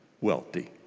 wealthy